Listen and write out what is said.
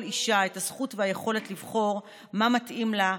אישה את הזכות והיכולת לבחור מה מתאים לה,